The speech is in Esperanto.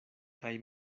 kaj